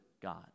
God